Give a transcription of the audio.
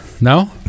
No